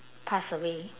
passed away